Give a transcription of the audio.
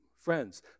Friends